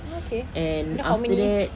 oh okay then how many